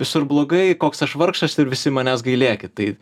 visur blogai koks aš vargšas ir visi manęs gailėkit tai